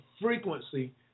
frequency